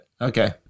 okay